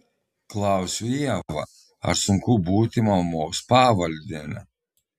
klausiu ievą ar sunku būti mamos pavaldine